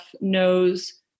knows